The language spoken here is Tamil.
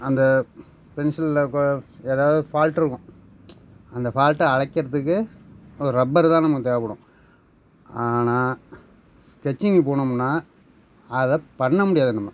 அந்த பென்சில்ல இப்போ ஏதாவது ஃபால்ட் இருக்கும் அந்த ஃபால்ட்டை அழிக்கிறத்துக்கு ஒரு ரப்பர் தான் நமக்கு தேவைப்படும் ஆனால் ஸ்கெட்ச்சிங்கு போனோம்முன்னால் அதை பண்ண முடியாது நம்ம